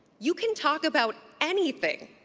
you can talk about anything.